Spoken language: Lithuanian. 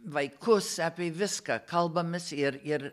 vaikus apie viską kalbamės ir ir